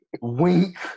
Wink